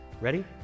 Ready